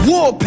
War